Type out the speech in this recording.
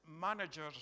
managers